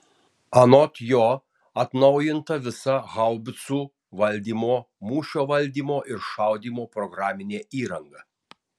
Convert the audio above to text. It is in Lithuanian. anot jo atnaujinta visa haubicų valdymo mūšio valdymo ir šaudymo programinė įranga